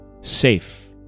safe